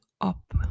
up